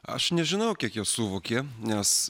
aš nežinau kiek jie suvokė nes